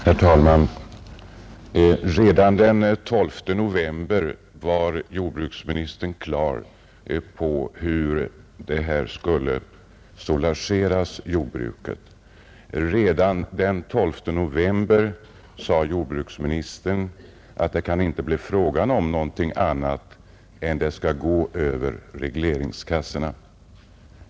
Herr talman! Redan den 12 november förra året var jordbruksministern på det klara med hur jordbruket skulle soulageras. Jordbruksministern sade då att det inte kunde bli fråga om någonting annat än att det skulle ske över regleringskassorna.